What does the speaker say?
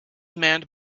manned